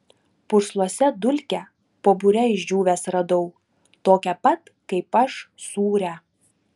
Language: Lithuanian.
pursluose dulkę po bure išdžiūvęs radau tokią pat kaip aš sūrią